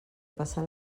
passar